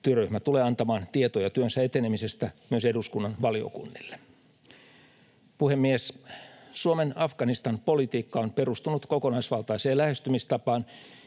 Työryhmä tulee antamaan tietoja työnsä etenemisestä myös eduskunnan valiokunnille. Puhemies! Suomen Afganistan-politiikka on perustunut kokonaisvaltaiseen lähestymistapaan,